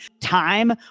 time